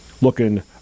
looking